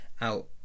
out